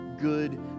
good